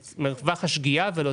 את מרווח השגיאה של ההורה,